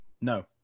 No